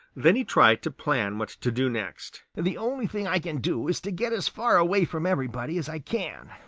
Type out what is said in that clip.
then he tried to plan what to do next. the only thing i can do is to get as far away from everybody as i can,